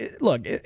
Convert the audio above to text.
look